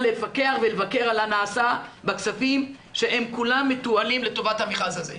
לפקח ולבקר על הנעשה בכספים שהם כולם מתועלים לטובת המכרז הזה.